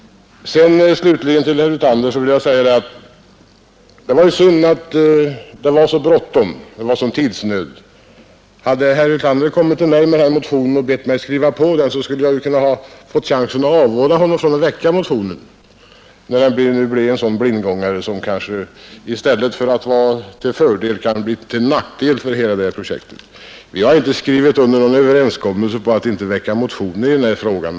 Till herr Hyltander vill jag säga, att det var synd att det blev så bråttom och att tidsnöd rådde. Hade herr Hyltander kommit till mig med den här motionen och bett mig skriva på den, så hade jag fått chansen att avråda honom från att väcka den, när den nu blev en sådan blindgångare att den i stället för att vara till fördel kanske blir till nackdel för hela projektet. Vi har inte skrivit under någon överenskommelse om att inte väcka motioner i den här frågan.